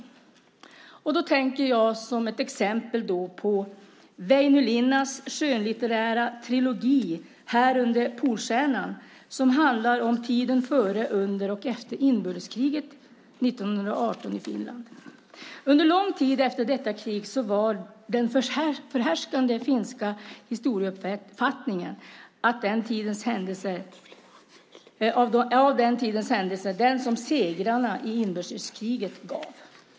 Som ett exempel tänker jag på Väinö Linnas skönlitterära trilogi Här under polstjärnan som handlar om tiden före, under och efter inbördeskriget 1918 i Finland. Under lång tid efter detta krig var den förhärskande finska historieuppfattningen av den tidens händelser den som segrarna i inbördeskriget gav.